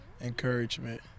encouragement